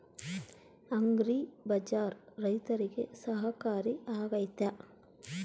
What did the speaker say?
Agri Bazaar ರೈತರಿಗೆ ಸಹಕಾರಿ ಆಗ್ತೈತಾ?